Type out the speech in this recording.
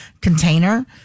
container